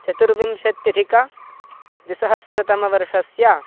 चतुर्विंशत्यधिकद्विसहस्रतमवर्षस्य